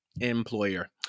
Employer